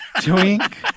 Twink